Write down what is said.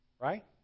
Right